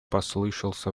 послышался